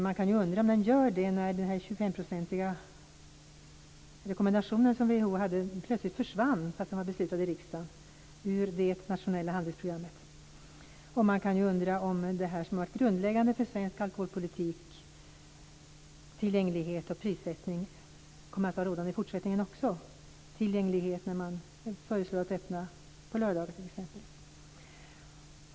Man kan undra hur det är när WHO:s rekommendation om de 25 procenten plötsligt försvann trots att den var beslutad i riksdagen. Jag avser då det nationella handlingsprogrammet. Man kan även undra om det som varit grundläggande för svensk alkoholpolitik, nämligen detta med tillgänglighet och prissättning, också kommer att vara rådande i fortsättningen - särskilt som det t.ex. förelås att man skall ha öppet på Systemet på lördagar.